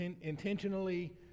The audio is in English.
intentionally